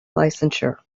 licensure